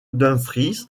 dumfries